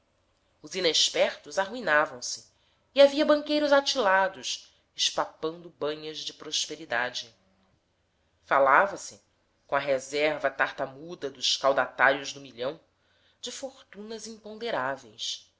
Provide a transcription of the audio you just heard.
os inexpertos arruinavam se e havia banqueiros atilados espapando banhas de prosperidade falava se com a reserva tartamuda dos caudatários do milhão de fortunas imponderáveis